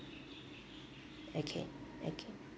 okay okay